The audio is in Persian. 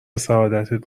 سعادتت